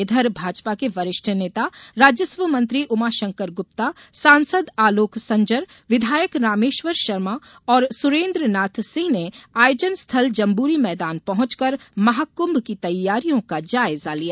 इधर भाजपा के वरिष्ठ नेता राजस्व मंत्री उमाशंकर गुप्ता सांसद आलोक संजर विधायक रामेश्वर शर्मा ओर सुरेन्द्र नाथ सिंह ने आयोजन स्थल जम्बूरी मैदान पहुंचकर महाकुंभ की तैयारियों का जायजा लिया